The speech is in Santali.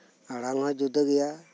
ᱟᱲᱟᱝᱦᱚᱸ ᱡᱩᱫᱟᱹᱜᱮᱭᱟ